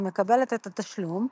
המקבלת את התשלום,